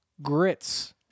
grits